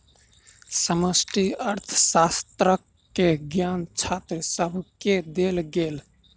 समष्टि अर्थशास्त्र के ज्ञान छात्र सभके देल गेल